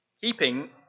Keeping